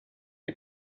you